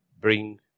bring